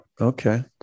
Okay